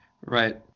right